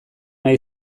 nahi